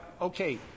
okay